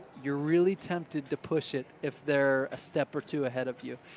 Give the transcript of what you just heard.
you're really tempted to push it if they're a step or two ahead of you.